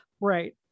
Right